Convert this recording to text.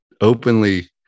openly